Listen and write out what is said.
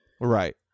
Right